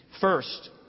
First